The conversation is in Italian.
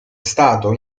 stato